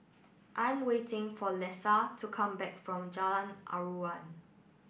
I'm waiting for Lesa to come back from Jalan Aruan